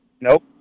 Nope